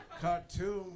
Cartoon